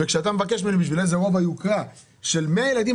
וכשאתה מבקש ממני בשביל איזה רובע יוקרה של 100 ילדים,